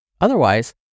Otherwise